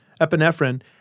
epinephrine